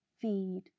feed